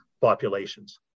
populations